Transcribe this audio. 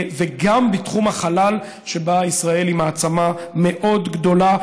וגם בתחום החלל, שבו ישראל היא מעצמה מאוד גדולה.